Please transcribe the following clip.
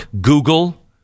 Google